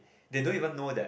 they don't even know that